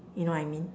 you know what I mean